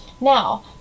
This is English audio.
Now